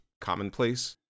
commonplace